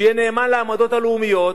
שיהיה נאמן לעמדות הלאומיות,